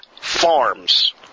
farms